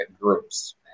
groups